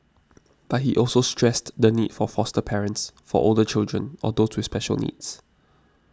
but he also stressed the need for foster parents for older children or those with special needs